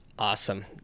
Awesome